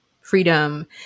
freedom